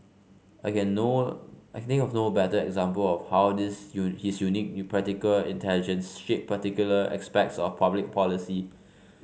I can no I can think of no better example of how this you his unique you practical intelligence shaped particular aspects of public policy